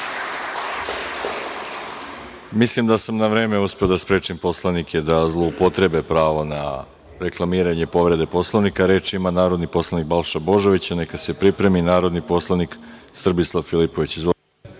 Mislim da sam na vreme uspeo da sprečim poslanike da zloupotrebe pravo na reklamiranje povrede Poslovnika. Reč ima narodni poslanik Balša Božović, neka se pripremi narodni poslanik Srbislav Filipović.